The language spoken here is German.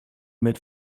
mit